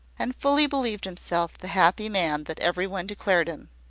and fully believed himself the happy man that every one declared him.